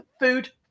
food